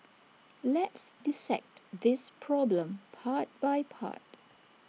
let's dissect this problem part by part